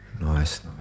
nice